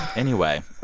anyway.